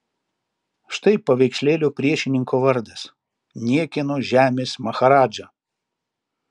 štai paveikslėlio priešininko vardas niekieno žemės maharadža